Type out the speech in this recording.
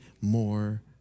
more